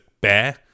bear